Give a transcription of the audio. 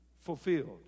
fulfilled